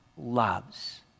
loves